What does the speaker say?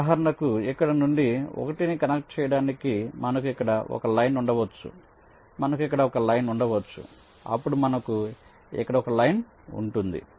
ఉదాహరణకు ఇక్కడ నుండి 1 ని కనెక్ట్ చేయడానికి మనకు ఇక్కడ ఒక లైన్ ఉండవచ్చు మనకు ఇక్కడ ఒక లైన్ ఉండవచ్చు అప్పుడు మనకు ఇక్కడ ఒక లైన్ ఉంటుంది